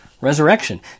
Resurrection